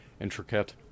intricate